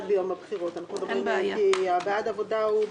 לסדר, אדוני.